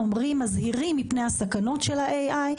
מזהירים מפני סכנות ה-AI,